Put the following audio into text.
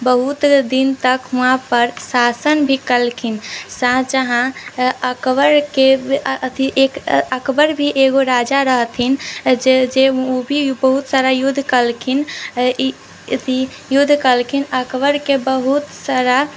बहुत दिन तक वहाँ पर शासन भी केलखिन शाहजहाँ अकबरके अथि एक अकबर भी एगो राजा रहथिन जे जे ओ भी बहुत सारा युद्ध केलखिन युद्ध केलखिन अकबरके बहुत सारा